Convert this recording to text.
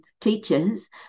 teachers